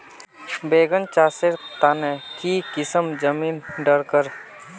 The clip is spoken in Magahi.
बैगन चासेर तने की किसम जमीन डरकर?